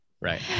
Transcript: right